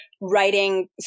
writing